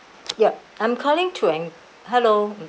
yup I'm calling to en~ hello